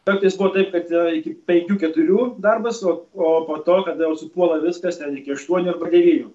kartais buvo taip kad iki penkių keturių darbas o o po to kada jau supuola viskas net iki aštuonių arba devynių